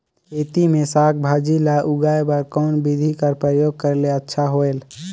खेती मे साक भाजी ल उगाय बर कोन बिधी कर प्रयोग करले अच्छा होयल?